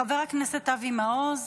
חבר הכנסת אבי מעוז,